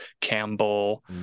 Campbell